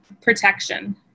protection